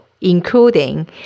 Including